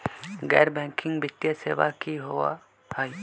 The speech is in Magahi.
गैर बैकिंग वित्तीय सेवा की होअ हई?